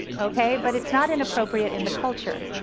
okay but it's not inappropriate in the culture.